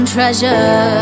treasure